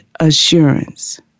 assurance